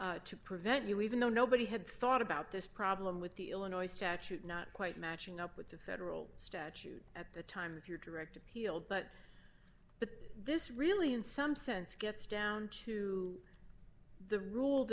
to prevent you even though nobody had thought about this problem with the illinois statute not quite matching up with the federal statute at the time of your direct appeal but that this really in some sense gets down to the rule